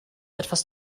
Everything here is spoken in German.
etwas